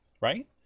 Right